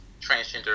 transgender